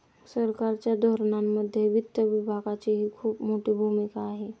सरकारच्या धोरणांमध्ये वित्त विभागाचीही खूप मोठी भूमिका आहे